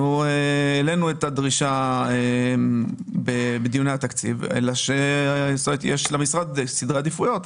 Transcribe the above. העלינו את הדרישה בדיוני התקציב אלא שלמשרד יש סדרי עדיפויות.